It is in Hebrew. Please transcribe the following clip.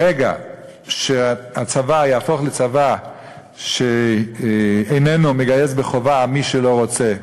ברגע שהצבא יהפוך לצבא שאיננו מגייס בחובה את מי שלא רוצה,